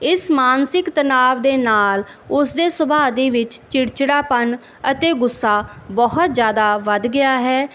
ਇਸ ਮਾਨਸਿਕ ਤਨਾਵ ਦੇ ਨਾਲ ਉਸ ਦੇ ਸੁਭਾਅ ਦੇ ਵਿੱਚ ਚਿੜਚਿੜਾਪਣ ਅਤੇ ਗੁੱਸਾ ਬਹੁਤ ਜ਼ਿਆਦਾ ਵੱਧ ਗਿਆ ਹੈ